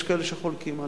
יש כאלה שחולקים עליו,